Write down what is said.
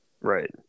Right